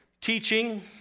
teaching